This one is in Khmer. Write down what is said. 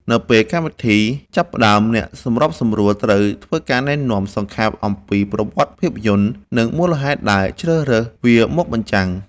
នៅពេលកម្មវិធីចាប់ផ្ដើម អ្នកសម្របសម្រួលត្រូវធ្វើការណែនាំសង្ខេបអំពីប្រវត្តិភាពយន្ត និងមូលហេតុដែលជ្រើសរើសវាមកបញ្ចាំង។